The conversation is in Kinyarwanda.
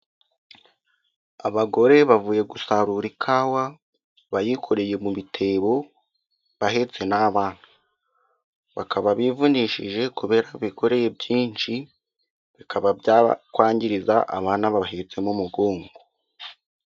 Abagore bavuye gusarura ikawa, bayikoreye mu bitebo bahetse n'abana, bakaba bivunishije kubera ko bikoreye byinshi, bikaba byakwangiriza abana babahetse mu mugongo.